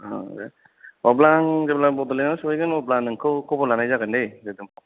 औ दे अब्ला आं जेब्ला आं बड'लेण्डाव सौहैगोन अब्ला आं नोंखौ खबर लानाय जागोन दे